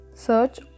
Search